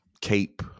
Cape